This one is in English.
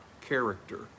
character